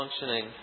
functioning